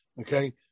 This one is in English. Okay